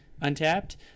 untapped